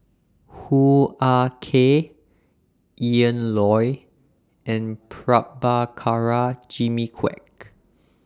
Hoo Ah Kay Ian Loy and Prabhakara Jimmy Quek